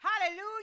Hallelujah